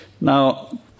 Now